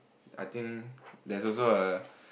I think that's also a